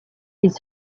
ils